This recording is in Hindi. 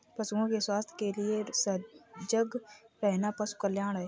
पशुओं के स्वास्थ्य के लिए सजग रहना पशु कल्याण है